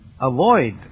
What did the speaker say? avoid